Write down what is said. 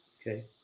okay